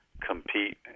compete